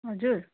हजुर